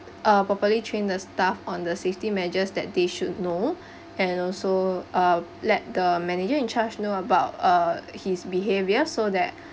uh properly trained the staff on the safety measures that they should know and also uh let the manager in charge know about uh his behaviour so that